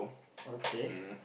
okay